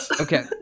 Okay